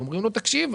ואומרים לו: תקשיב,